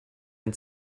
ein